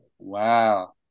Wow